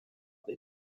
they